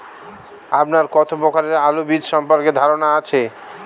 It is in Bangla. আপনার কত প্রকারের আলু বীজ সম্পর্কে ধারনা আছে?